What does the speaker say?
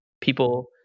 people